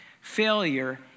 failure